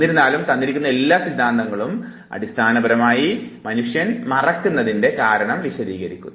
എന്നിരുന്നാലും തന്നിരിക്കുന്ന എല്ലാ സിദ്ധാന്തവും അടിസ്ഥാനപരമായി മനുഷ്യർ മറക്കുന്നതിൻറെ കാരണം വിശദീകരിക്കുന്നു